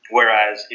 Whereas